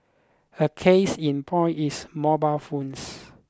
a case in point is mobile phones